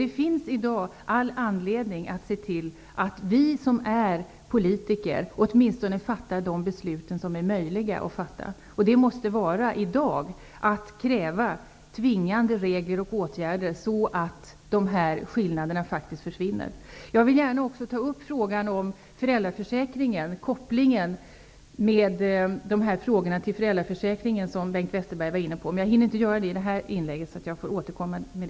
Det finns i dag all anledning att se till att vi som är politiker åtminstone fattar de beslut som är möjliga att fatta, vilket i dag måste vara att kräva tvingande regler och åtgärder så att dessa löneskillnader försvinner. Jag vill också gärna ta upp kopplingen av den här frågan till föräldraförsäkringen, som Bengt Westerberg var inne på, men hinner inte med det i det här inlägget, så jag återkommer.